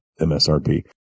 msrp